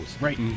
Right